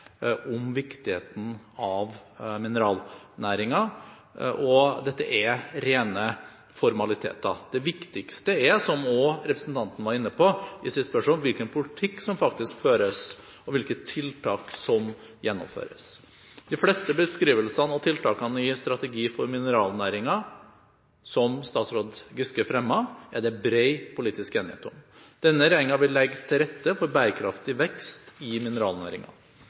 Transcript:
om viktigheten av mineralnæringen. Dette er rene formaliteter. Det viktigste er – som også representanten var inne på i sitt spørsmål – hvilken politikk som faktisk føres, og hvilke tiltak som gjennomføres. De fleste beskrivelsene og tiltakene i strategi for mineralnæringen – som tidligere statsråd Giske fremmet – er det bred politisk enighet om. Denne regjeringen vil legge til rette for bærekraftig vekst i